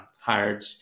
hired